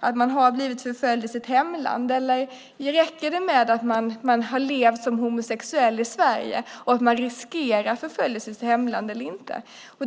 att man har blivit förföljd i sitt hemland eller om det räcker med att man har levt som homosexuell i Sverige och riskerar förföljelse i sitt hemland eller inte.